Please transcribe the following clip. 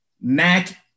Mac